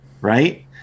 right